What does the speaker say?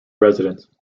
residence